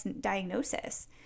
diagnosis